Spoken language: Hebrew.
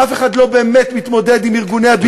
אף אחד לא באמת מתמודד עם ארגוני BDS,